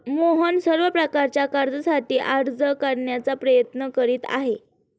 मोहन सर्व प्रकारच्या कर्जासाठी अर्ज करण्याचा प्रयत्न करीत आहे